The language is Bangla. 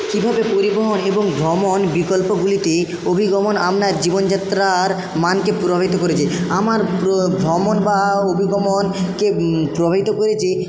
কীভাবে পরিবহণ এবং ভ্রমণ বিকল্পগুলিতে অভিগমন আপনার জীবনযাত্রার মানকে প্রভাবিত করেছে আমার ভ্রমণ বা অভিগমনকে প্রভাবিত করেছে